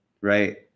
right